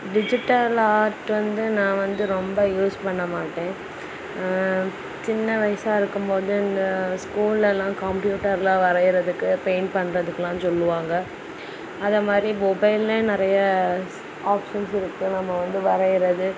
digital art வந்து நான் வந்து ரொம்ப யூஸ் பண்ணமாட்டேன் சின்ன வயசாக இருக்கும்போது இந்த ஸ்கூல்லலாம் கம்ப்யூட்டர்ல வரைகிறதுக்கு பெயிண்ட் பண்ணுறதுக்குலாம் சொல்லுவாங்கள் அதை மாதிரி மொபைல்லே நிறைய ஸ் ஆப்ஷன்ஸ் இருக்குது நம்ம வந்து வரைகிறது